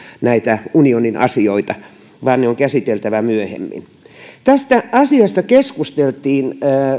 näitä unionin asioita vaan ne on käsiteltävä myöhemmin tästä asiasta keskusteltiin